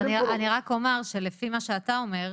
אז אני רק אומר שלפי מה שאתה אומר,